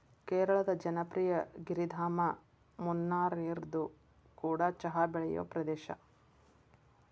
ಕೇರಳದ ಜನಪ್ರಿಯ ಗಿರಿಧಾಮ ಮುನ್ನಾರ್ಇದು ಕೂಡ ಚಹಾ ಬೆಳೆಯುವ ಪ್ರದೇಶ